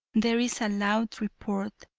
there is a loud report,